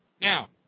Now